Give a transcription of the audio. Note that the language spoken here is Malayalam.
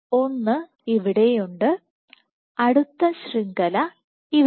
ഒന്ന് ഇവിടെയുണ്ട് അടുത്ത ശൃംഖല ഇവിടെയും